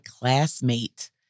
classmate